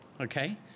okay